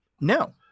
No